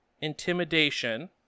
intimidation